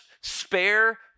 spare